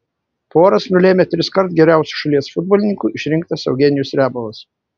poras nulėmė triskart geriausiu šalies futbolininku išrinktas eugenijus riabovas